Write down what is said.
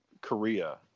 Korea